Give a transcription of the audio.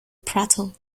prattle